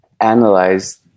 analyze